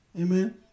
Amen